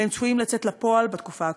והם צפויים לצאת לפועל בתקופה הקרובה.